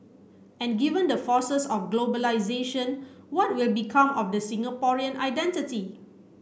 and given the forces of globalisation what will become of the Singaporean identity